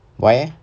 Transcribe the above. why eh